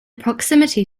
proximity